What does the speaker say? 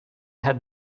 had